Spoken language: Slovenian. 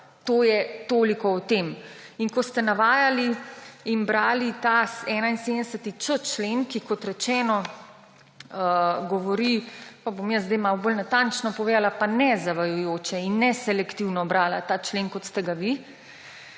8.a. Toliko o tem. In ko ste navajali in brali 71.č člen, ki, kot rečeno, govori, bom jaz zdaj malo bolj natančno povedala pa nezavajajoče in neselektivno brala ta člen, kot ste ga vi,